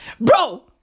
Bro